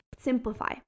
simplify